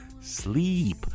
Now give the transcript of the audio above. Sleep